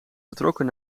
vertrokken